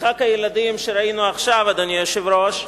משחק הילדים שראינו עכשיו, אדוני היושב-ראש,